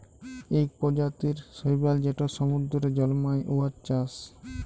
ইক পরজাতির শৈবাল যেট সমুদ্দুরে জল্মায়, উয়ার চাষ